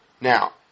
Now